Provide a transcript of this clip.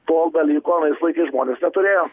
to dalyko anais laikais žmonės neturėjo